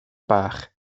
bach